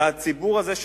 והציבור הזה,